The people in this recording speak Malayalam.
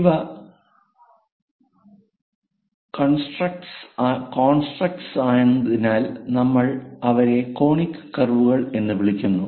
ഇവ കോൺസ്റ്റ്ക്ടർസ് ആയതിനാൽ നമ്മൾ അവരെ കോണിക് കർവുകൾ എന്ന് വിളിക്കുന്നു